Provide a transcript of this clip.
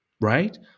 right